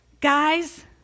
guys